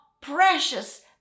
precious